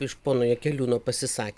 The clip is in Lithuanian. iš pono jakeliūno pasisak